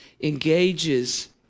engages